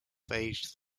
phage